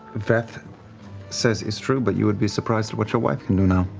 veth says is true, but you would be surprised at what your wife can do now.